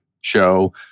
show